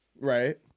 Right